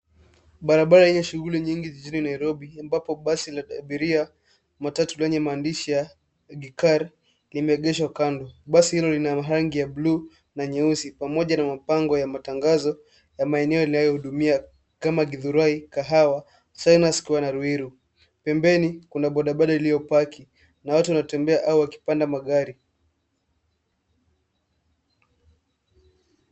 Barabara yenye shughuli nyingi jijini Nairobi, ambapo basi la abiria, matatu lenye maandishi ya Gikar limeegeshwa kando. Basi hilo lina rangi ya blue na nyeusi pamoja na mabango ya matangazo ya maeneo inayohudumia, kama Githurai, Kahawa, China square na Ruiru. Pembeni, kuna bodabada iliyopaki na watu wanatembea au wakipanda magari.